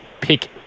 pick